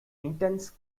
intense